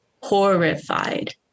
horrified